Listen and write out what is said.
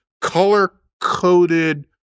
color-coded